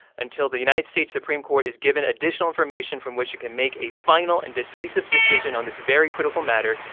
until the united states supreme court is given additional information from which it can make a final and decisive decision on this very critical matter.